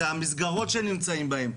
זה המסגרות שהם נמצאים בהן,